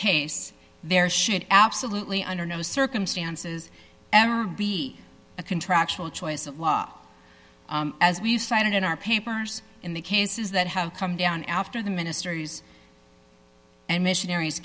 case there should absolutely under no circumstances ever be a contractual choice of law as we've cited in our papers in the cases that have come down after the ministers and missionaries